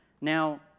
Now